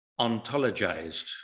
ontologized